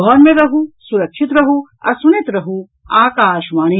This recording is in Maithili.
घर मे रहू सुरक्षित रहू आ सुनैत रहू आकाशवाणी